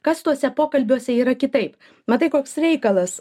kas tuose pokalbiuose yra kitaip matai koks reikalas